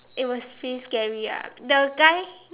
it was still scary ah the guy